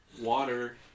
water